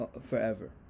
forever